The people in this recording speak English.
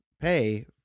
pay